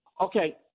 Okay